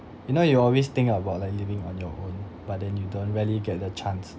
you know you always think about like living on your own but then you don't really get the chance